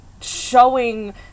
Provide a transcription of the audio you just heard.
showing